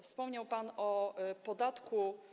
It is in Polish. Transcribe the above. Wspomniał pan o podatku.